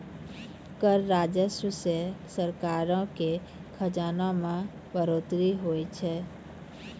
कर राजस्व से सरकारो के खजाना मे बढ़ोतरी होय छै